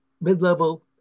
mid-level